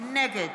נגד